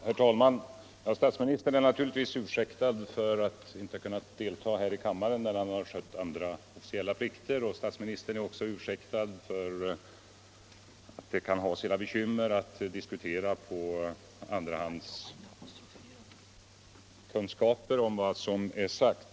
Herr talman! Statsministern är naturligtvis ursäktad för att han inte kunnat delta här i kammaren medan han skött andra officiella plikter. Statsministern är också ursäktad för att det kan ha sina bekymmer att diskutera på grundval av andrahandskunskaper om vad som är sagt.